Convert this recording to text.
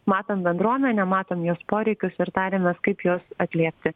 matom bendruomenę matom jos poreikius ir tariamės kaip juos atliepti